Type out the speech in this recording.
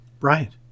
Right